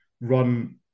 run